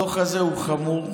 הדוח הזה הוא חמור,